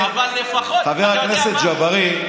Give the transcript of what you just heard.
חבר הכנסת ג'בארין,